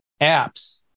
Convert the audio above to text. apps